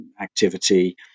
activity